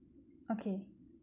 okay